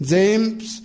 James